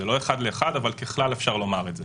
זה לא אחד לאחד, אבל ככלל אפשר לומר את זה.